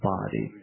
body